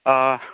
آ